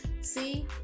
See